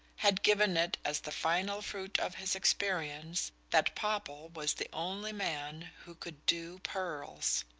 had given it as the final fruit of his experience that popple was the only man who could do pearls.